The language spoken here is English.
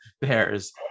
Bears